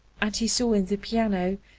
and he saw in the piano,